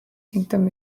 kingdom